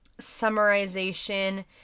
summarization